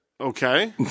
Okay